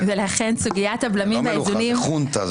זה לא מלוכה, זה חונטה.